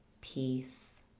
peace